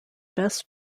best